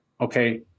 okay